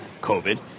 COVID